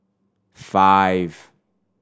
five